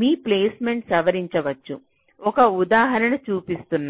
మీ ప్లేస్మెంట్ను సవరించవచ్చు ఒక ఉదాహరణ చూపిస్తున్నాను